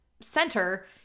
center